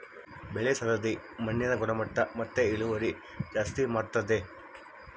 ಬೆಳೆ ಸರದಿ ಮಣ್ಣಿನ ಗುಣಮಟ್ಟ ಮತ್ತೆ ಇಳುವರಿ ಜಾಸ್ತಿ ಮಾಡ್ತತೆ